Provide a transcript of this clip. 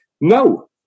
No